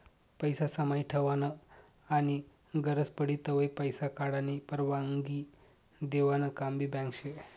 पैसा समाई ठेवानं आनी गरज पडी तव्हय पैसा काढानी परवानगी देवानं काम भी बँक शे